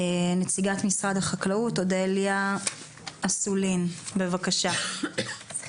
נציגת משרד החקלאות, אודליה אסולין, בבקשה.